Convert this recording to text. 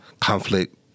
conflict